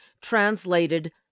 translated